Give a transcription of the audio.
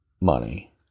money